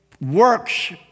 works